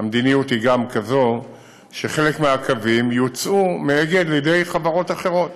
המדיניות היא גם כזאת שחלק מהקווים יוצאו מאגד לידי חברות אחרות